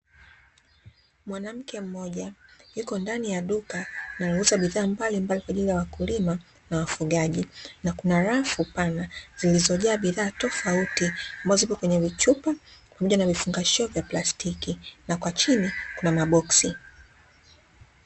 Mwanamke mmoja yupo ndani ya duka linalouza bidhaa mbalimbali kwa ajili ya wakulima na wafugaji, na kuna rafu pana zilizojaa bidhaa tofauti ambazo zipo katika vichupa pamoja na vifungashio vya plastiki, na kwa chini kuna maboksi.